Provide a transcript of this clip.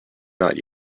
not